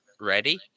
ready